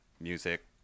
music